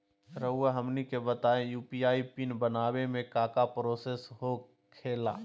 रहुआ हमनी के बताएं यू.पी.आई पिन बनाने में काका प्रोसेस हो खेला?